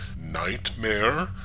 nightmare